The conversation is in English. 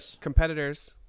competitors